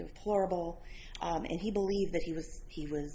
deplorable and he believed that he was he went